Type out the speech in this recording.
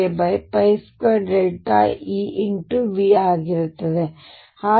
ಆಗಿರುತ್ತದೆ